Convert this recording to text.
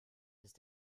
ist